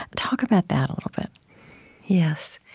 talk about that a little bit yes.